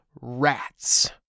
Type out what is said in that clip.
rats